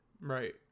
Right